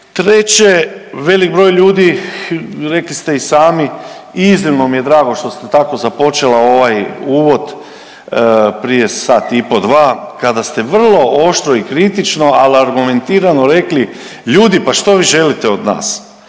Treće, velik broj ljudi rekli ste i sami, iznimno mi je drago što ste tako započela ovaj uvod prije sat i pol, dva kada ste vrlo oštro i kritično, ali argumentirano rekli ljudi, pa što vi želite od nas?